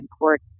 important